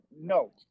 no